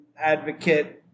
advocate